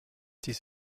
dies